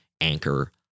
anchor